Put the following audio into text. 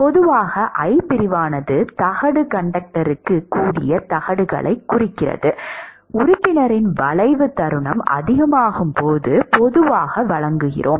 பொதுவாக I பிரிவானது தகடு கர்டருடன் கூடிய தகடுகளைக் குறிக்கிறது உறுப்பினரின் வளைவுத் தருணம் அதிகமாகும் போது பொதுவாக வழங்குகிறோம்